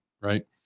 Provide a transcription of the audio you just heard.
right